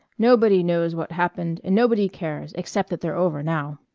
nobody knows what happened, and nobody cares, except that they're over now.